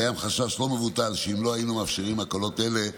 קיים חשש לא מבוטל שאם לא היינו מאפשרים הקלות אלה,